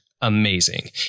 amazing